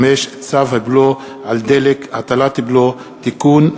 5. צו הבלו על דלק (הטלת בלו) (תיקון),